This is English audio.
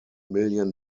million